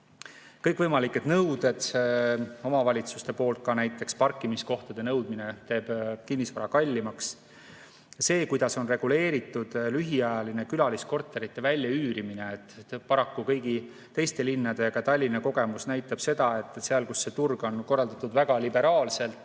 Kõikvõimalikud omavalitsuste nõuded, ka näiteks parkimiskohtade nõudmine teeb kinnisvara kallimaks. See, kuidas on reguleeritud lühiajaline külaliskorterite väljaüürimine. Paraku kõigi teiste linnade ja ka Tallinna kogemus näitab seda, et seal, kus see turg on korraldatud väga liberaalselt,